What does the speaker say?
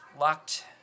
locked